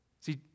See